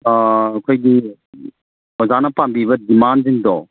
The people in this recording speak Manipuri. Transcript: ꯑꯩꯈꯣꯏꯒꯤ ꯑꯣꯖꯥꯅ ꯄꯥꯝꯕꯤꯕ ꯗꯤꯃꯥꯟꯁꯤꯡꯗꯣ